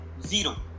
Zero